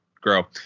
grow